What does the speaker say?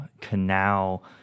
canal